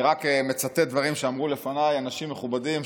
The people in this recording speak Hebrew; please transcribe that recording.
אני רק מצטט דברים שאמרו לפניי אנשים מכובדים,